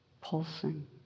pulsing